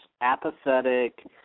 apathetic